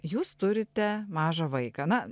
jūs turite mažą vaiką na